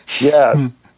yes